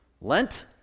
Lent